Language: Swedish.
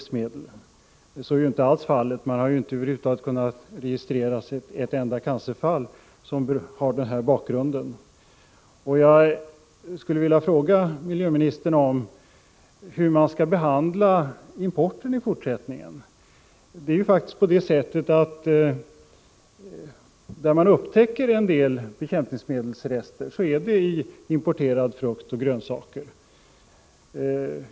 Så är ju inte alls fallet. Man har inte kunnat registrera ett enda cancerfall som har den bakgrunden. Jag skulle vilja fråga miljöministern hur importen i fortsättningen skall behandlas. Det är faktiskt så att man just i importerad frukt och importerade grönsaker upptäcker en hel del bekämpningsmedelsrester.